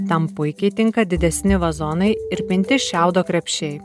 tam puikiai tinka didesni vazonai ir pinti šiaudo krepšiai